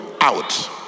out